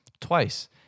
twice